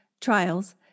trials